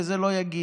וזה לא יגיד.